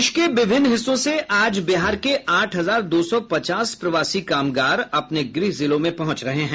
देश के विभिन्न हिस्सों से आज बिहार के आठ हजार दो सौ पचास प्रवासी कामगार अपने गृह जिलों में पहुंच रहे हैं